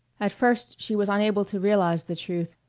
at first she was unable to realize the truth,